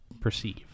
Perceive